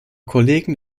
kollegen